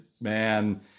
man